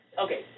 Okay